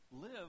Live